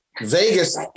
Vegas